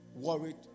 worried